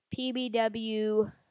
PBW